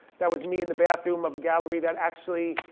that was me in the bathroom of a gallery that actually,